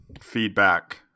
feedback